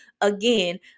again